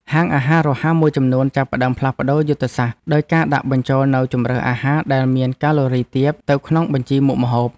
ហាងអាហាររហ័សមួយចំនួនចាប់ផ្តើមផ្លាស់ប្តូរយុទ្ធសាស្ត្រដោយការដាក់បញ្ចូលនូវជម្រើសអាហារដែលមានកាឡូរីទាបទៅក្នុងបញ្ជីមុខម្ហូប។